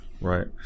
right